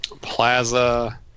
Plaza